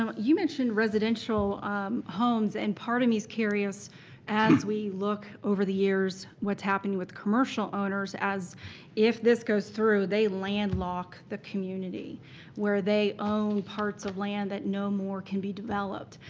um you mentioned residential homes and part of me is curious as we look over the years what's happening with commercial owners as if this goes through they land lock the community where they own parts of land that no more can be developed.